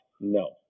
No